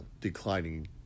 declining